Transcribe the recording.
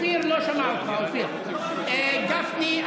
גפני,